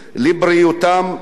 גם של הילדים שלהם.